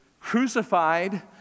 crucified